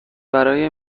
برای